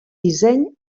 disseny